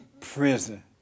prison